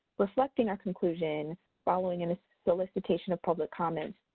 reflecting our conclusion following and a solicitation of public comments,